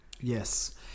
Yes